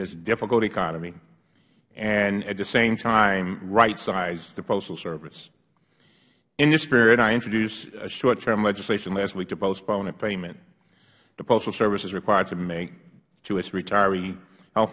this difficult economy and at the same time right size the postal service in this spirit i introduced short term legislation last week to postpone a payment the postal service is required to make to its retiree